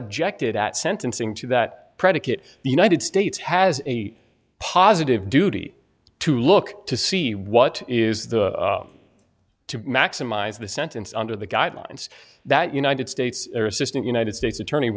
objected at sentencing to that predicate the united states has a positive duty to look to see what is the to maximize the sentence under the guidelines that united states or assistant united states attorney